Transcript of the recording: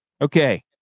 Okay